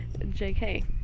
JK